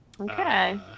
Okay